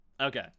Okay